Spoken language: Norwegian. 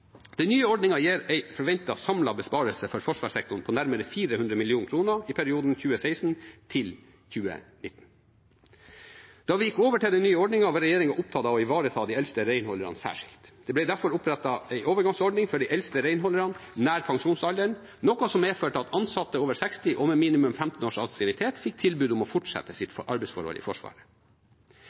Den nye ordningen gir en forventet samlet besparelse for forsvarssektoren på nærmere 400 mill. kr i perioden 2016–2019. Da vi gikk over til den nye ordningen, var regjeringen opptatt av å ivareta de eldste renholderne særskilt. Det ble derfor opprettet en overgangsordning for de eldste renholderne nær pensjonsalderen, noe som medførte at ansatte over 60 år og med minimum 15 års ansiennitet fikk tilbud om å fortsette sitt arbeidsforhold i Forsvaret.